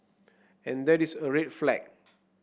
and that is a red flag